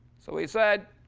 so we said,